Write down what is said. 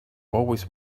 always